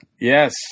Yes